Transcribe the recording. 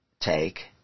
take